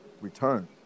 return